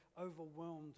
overwhelmed